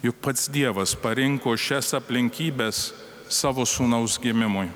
juk pats dievas parinko šias aplinkybes savo sūnaus gimimui